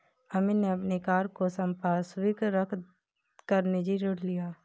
अमित ने अपनी कार को संपार्श्विक रख कर निजी ऋण लिया है